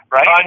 Right